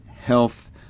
health